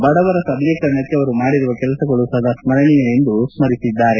ಬಡವರ ಸಬಲೀಕರಣಕ್ಕೆ ಅವರು ಮಾಡಿರುವ ಕೆಲಸಗಳು ಸದಾ ಸ್ನರಿಣೇಯ ಎಂದು ಪ್ರಧಾನಿ ಸ್ನರಿಸಿದ್ದಾರೆ